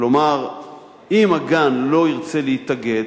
כלומר אם הגן לא ירצה להתאגד,